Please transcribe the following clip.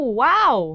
wow